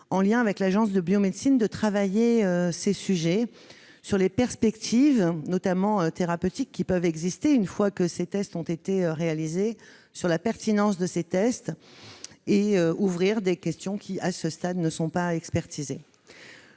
en liaison avec l'Agence de la biomédecine, de travailler sur ces sujets pour étudier les perspectives, notamment thérapeutiques, qui peuvent exister une fois que ces tests ont été réalisés, pour examiner la pertinence de ces tests et pour ouvrir les débats sur des questions qui, à ce stade, ne sont pas expertisées.